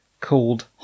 called